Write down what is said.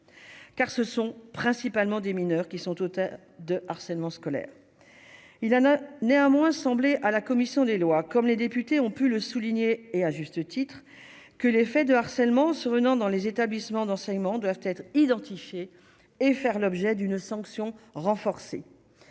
car ce sont principalement des mineurs qui sont auteurs de harcèlement scolaire, il en a néanmoins semblé à la commission des lois, comme les députés ont pu le souligner et à juste titre, que les faits de harcèlement sur survenant dans les établissements d'enseignement doivent être identifiés et faire l'objet d'une sanction renforcée